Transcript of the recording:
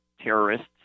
terrorists